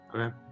Okay